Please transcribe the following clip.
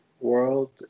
world